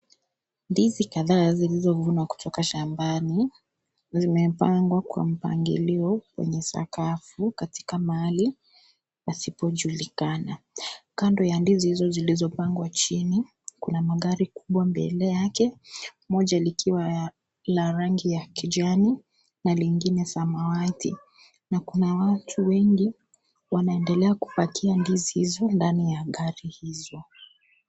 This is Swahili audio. Ndizi kadhaa zilizovuna kutoka shambani zimepangwa kwa mpangilio kwenye sakafu katika mahali pasipojulikana. Kando ya ndizi hizo zilizopangwa chini kuna magari makubwa mbele yake moja likiwa la rangi ya kijani na lingine samawati na kuna watu wengi wanaendelea kupakia ndizi hizo ndani ya gari hizo.